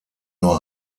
nur